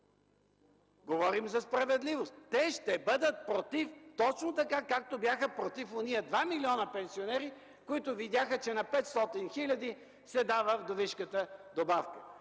Говорим за справедливост и те ще бъдат против точно така, както бяха против онези два милиона пенсионери, които видяха, че на петстотин хиляди се дава вдовишката добавка.